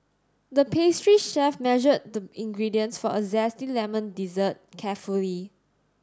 the pastry chef measured the ingredients for a zesty lemon dessert carefully